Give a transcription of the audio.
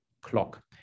clock